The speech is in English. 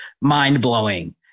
mind-blowing